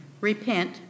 Repent